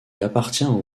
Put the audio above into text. appartient